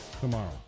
tomorrow